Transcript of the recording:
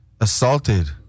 assaulted